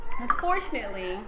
unfortunately